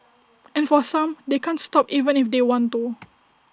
and for some they can't stop even if they want to